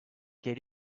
quel